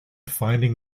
finding